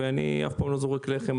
ואני אף פעם לא זורק לחם,